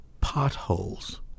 potholes